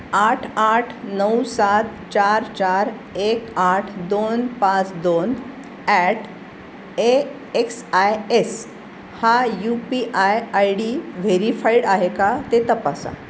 आठ आठ नऊ सात चार चार एक आठ दोन पाच दोन at A X I S हा U P I I D verified आहे का ते तपासा